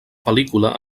pel·lícula